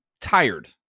tired